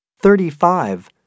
thirty-five